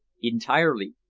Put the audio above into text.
entirely.